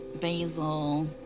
basil